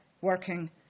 working